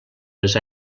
les